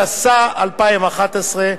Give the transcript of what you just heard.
התשע"א 2011,